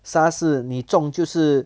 SARS 是你中就是